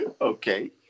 Okay